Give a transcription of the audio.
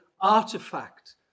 artifact